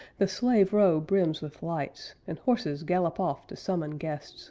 the slave row brims with lights and horses gallop off to summon guests